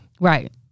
Right